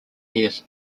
years